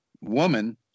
woman